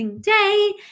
day